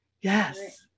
Yes